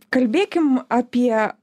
kalbėkim apie